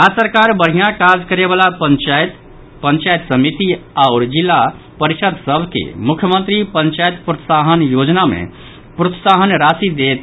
राज्य सरकार बढ़िया काज करयवला पंचायत पंचायत समिति आओर जिला परिषद् सभ के मुख्यमंत्री पंचायत प्रोत्साहन योजना मे प्रोत्साहन राशि देत